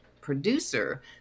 producer